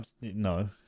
No